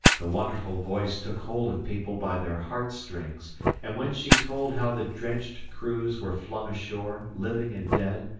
the wonderful voice took hold of people by their heartstrings and when she told how the drenched crews were flung ashore, living and dead,